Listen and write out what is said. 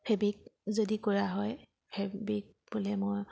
fabric যদি কৰা হয় ফেবিক বোলে মই